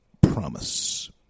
promise